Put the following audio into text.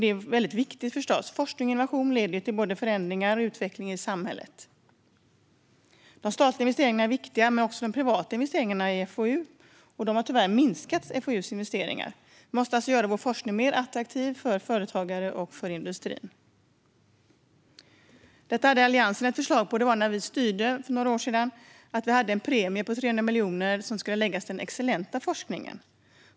Men forskning och innovation är viktigt och leder till förändring och utveckling i samhället. De statliga investeringarna är viktiga men även de privata investeringarna i FoU, och de har tyvärr minskat. Vi måste alltså göra forskningen mer attraktiv för företagare och industri. När Alliansen styrde infördes en premie på 300 miljoner till den excellenta forskningen.